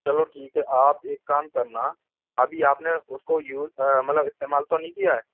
चलो ठीक है आप एक काम करना अभी आपने उसको यूज़ मतलब इस्तेमाल तो नहीं किया है